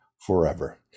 forever